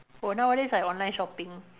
oh nowadays I online shopping